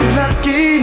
lucky